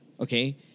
Okay